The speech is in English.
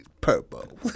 Purple